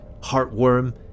Heartworm